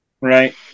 right